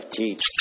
teach. (